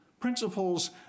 principles